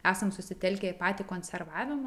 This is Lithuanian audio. esam susitelkę į patį konservavimą